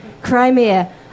Crimea